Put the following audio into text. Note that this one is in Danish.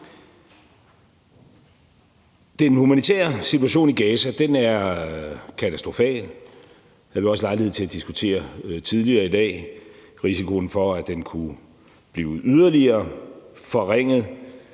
Den humanitære situation i Gaza er katastrofal. Det havde vi også lejlighed til at diskutere tidligere i dag, herunder risikoen for, at den kunne blive yderligere forringet,